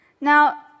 Now